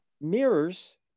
mirrors